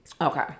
Okay